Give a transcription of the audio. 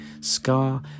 Scar